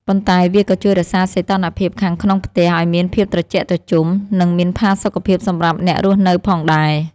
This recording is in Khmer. ប៉ុន្តែវាក៏ជួយរក្សាសីតុណ្ហភាពខាងក្នុងផ្ទះឱ្យមានភាពត្រជាក់ត្រជុំ និងមានផាសុកភាពសម្រាប់អ្នករស់នៅផងដែរ។